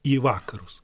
į vakarus